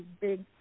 big